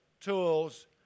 tools